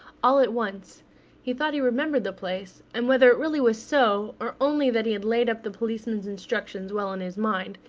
all at once he thought he remembered the place, and whether it really was so, or only that he had laid up the policeman's instructions well in his mind,